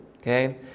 okay